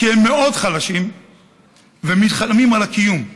כי הם מאוד חלשים ונלחמים על הקיום.